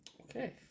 Okay